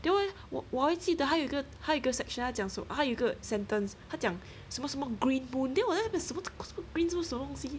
因为我我还记得还有个他有个 section 他讲什么他有一个 sentence 他讲什么什么 green moon then 我在想什么来的什么什么东西